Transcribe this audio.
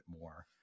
more